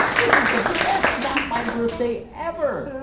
this is the best not-my-birthday ever